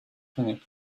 clinic